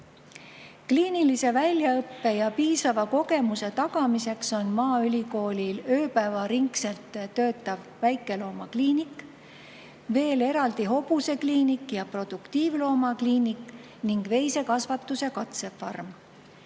Kliinilise väljaõppe ja piisava kogemuse tagamiseks on maaülikoolil ööpäevaringselt töötav väikeloomakliinik, veel eraldi hobusekliinik ja produktiivloomakliinik ning veisekasvatuse katsefarm.